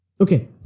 Okay